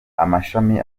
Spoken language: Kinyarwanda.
amashami